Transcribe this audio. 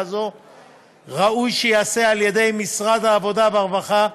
זו ראוי שייעשה על-ידי משרד העבודה והרווחה,